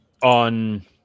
On